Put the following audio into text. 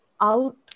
out